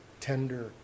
tender